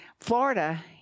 Florida